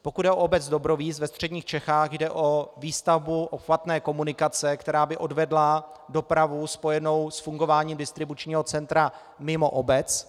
Pokud jde o obec Dobrovíz ve středních Čechách, jde o výstavbu obchvatné komunikace, která by odvedla dopravu spojenou s fungováním distribučního centra mimo obec.